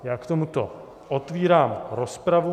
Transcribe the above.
Já k tomuto otevírám rozpravu.